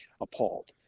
appalled